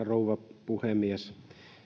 rouva puhemies